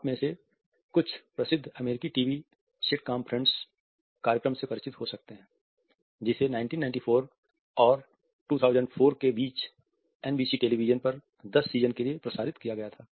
आप में से कुछ प्रसिद्ध अमेरिकी टीवी सिटकॉम फ्रेंड्स कार्यक्रम से परिचित हो सकते हैं जिसे 1994 और 2004 के बीच एनबीसी टेलीविजन पर 10 सीज़न के लिए प्रसारित किया गया था